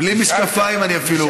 אפילו בלי משקפיים אני רואה.